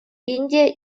индия